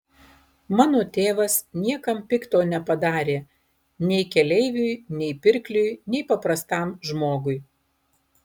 mano tėvas niekam pikto nepadarė nei keleiviui nei pirkliui nei paprastam žmogui